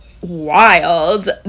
wild